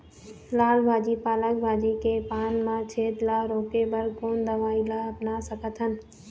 लाल भाजी पालक भाजी के पान मा छेद ला रोके बर कोन दवई ला अपना सकथन?